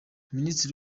minisiteri